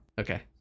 Okay